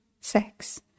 sex